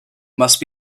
must